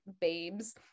babes